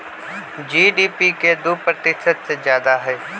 GDP के दु प्रतिशत से जादा हई